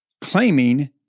claiming